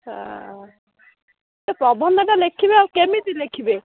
ଆଉ ସେ ପ୍ରବନ୍ଧଟା ଲେଖିବେ ଆଉ କେମିତି ଲେଖିବେ